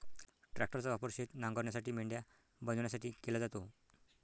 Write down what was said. ट्रॅक्टरचा वापर शेत नांगरण्यासाठी, मेंढ्या बनवण्यासाठी केला जातो